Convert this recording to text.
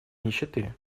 нищеты